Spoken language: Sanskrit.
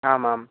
आम् आम्